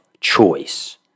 choice